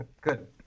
Good